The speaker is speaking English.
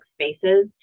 spaces